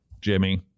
Jimmy